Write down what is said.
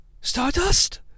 Stardust